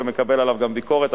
ומקבל עליו גם ביקורת,